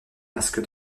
masque